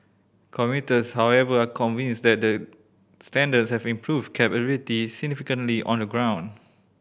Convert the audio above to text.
commuters however are unconvinced that the standards have improved cab availability significantly on the ground